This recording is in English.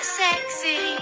sexy